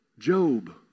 Job